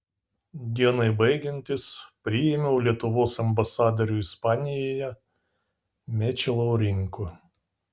dienai baigiantis priėmiau lietuvos ambasadorių ispanijoje mečį laurinkų